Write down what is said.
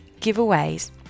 giveaways